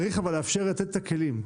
אבל צריך לאפשר לתת את הכלים.